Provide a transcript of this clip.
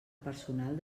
personal